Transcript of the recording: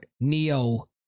Neo